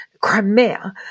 Crimea